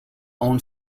own